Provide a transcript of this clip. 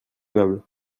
aimable